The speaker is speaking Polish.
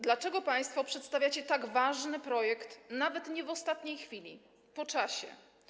Dlaczego państwo przedstawiacie tak ważny projekt nawet nie w ostatniej chwili, ale po czasie?